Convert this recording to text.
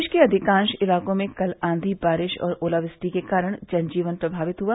प्रदेश के अधिकांश इलाकों में कल आंधी बारिश और ओलावृष्टि के कारण जन जीवन प्रभावित हुआ